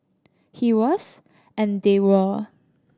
he was and they were